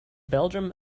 belgium